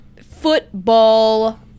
football